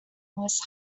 was